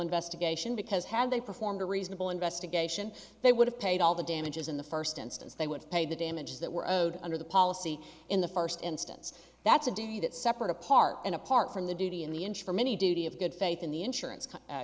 investigation because had they performed a reasonable investigation they would have paid all the damages in the first instance they would pay the damages that were owed under the policy in the first instance that's a do that separate apart and apart from the duty and the inch from any duty of good faith in the insurance